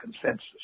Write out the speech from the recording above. consensus